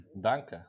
Danke